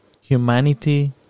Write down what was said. humanity